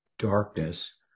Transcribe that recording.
darkness